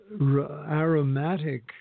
aromatic